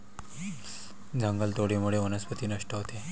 जंगलतोडीमुळे वनस्पती नष्ट होते